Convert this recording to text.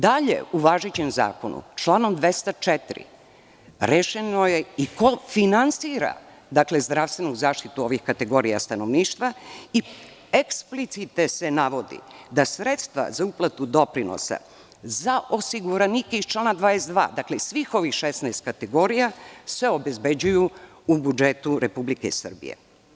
Dalje, u važećem zakonu članom 204. rešeno je i ko finansira zdravstvenu zaštitu ovih kategorija stanovništva i eksplicite se navodi da sredstva za uplatu doprinosa za osiguranike iz člana 22, iz svih ovih 16 kategorija, se obezbeđuju u budžetu Republike Srbije.